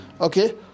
Okay